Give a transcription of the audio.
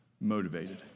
motivated